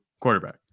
quarterback